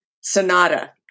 sonata